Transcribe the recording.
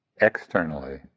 externally